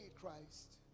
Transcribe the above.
Christ